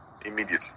immediately